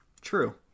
true